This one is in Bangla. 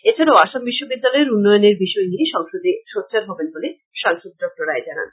এছাড়াও আসাম বিশ্ববিদ্যালয়ের উন্নয়নের বিষয় নিয়ে সংসদে সোচ্চার হবেন বলে সাংসদ ডক্টর রায় জানান